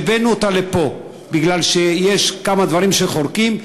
והבאנו אותה לפה בגלל שיש כמה דברים שחורקים,